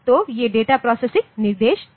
तो ये data processing निर्देश हैं